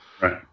Right